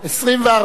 24 בעד,